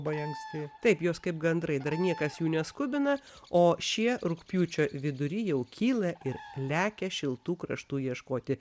paimsiu taip juos kaip gandrai dar niekas jų neskubina o šie rugpjūčio vidury jau kyla ir lekia šiltų kraštų ieškoti